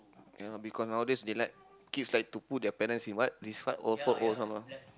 ya because nowadays they like kids like to put their parents in what this what old folk homes ah